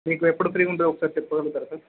మీకు ఎప్పుడు ఫ్రీగా ఉంటుంది ఒకసారి చెప్పగలుగుతారా సార్